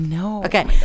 Okay